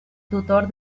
tutor